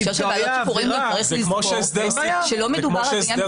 בהקשר של ועדות שחרורים גם צריך לזכור שלא מדובר רק בעניין של ---,